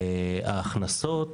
ההכנסות